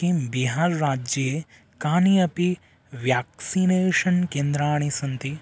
किं बिहार् राज्ये कानि अपि व्याक्सिनेषन् केन्द्राणि सन्ति